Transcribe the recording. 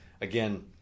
again